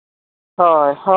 ᱦᱳᱭ ᱦᱳᱭ